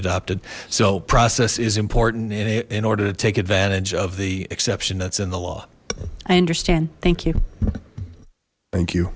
adopted so process is important in order to take advantage of the exception that's in the law i understand thank you thank you